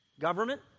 government